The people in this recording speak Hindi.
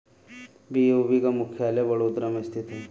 बी.ओ.बी का मुख्यालय बड़ोदरा में स्थित है